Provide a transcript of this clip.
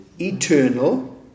eternal